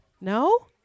No